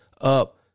up